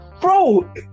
Bro